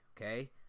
Okay